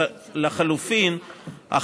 במקום זה,